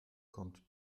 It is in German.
kommt